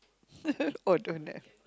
oh don't have